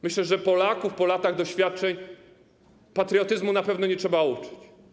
Myślę, że Polaków po latach doświadczeń patriotyzmu na pewno nie trzeba uczyć.